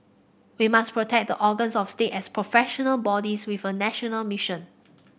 we must protect the organs of state as professional bodies with a national mission